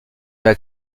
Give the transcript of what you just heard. mais